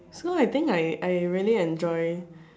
so I think I I really enjoy